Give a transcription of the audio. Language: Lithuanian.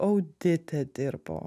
audite dirbo